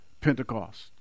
Pentecost